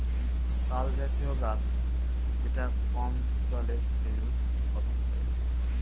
তালজাতীয় গাছ যেটা কম জলে খেজুর উৎপাদন করে